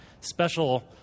special